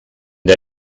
der